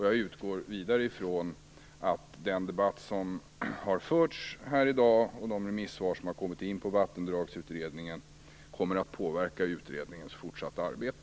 Jag utgår vidare från att den debatt som har förts här i dag och de remissvar som har kommit in med anledning av Vattendragsutredningen kommer att påverka utredningens fortsatta arbete.